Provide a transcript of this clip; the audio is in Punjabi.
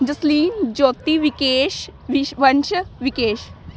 ਜਸਲੀਨ ਜੋਤੀ ਵਿਕੇਸ਼ ਵਿਸ਼ਵੰਸ਼ ਵਿਕੇਸ਼